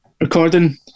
recording